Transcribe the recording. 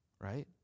right